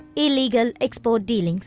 illegal export deals.